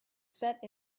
set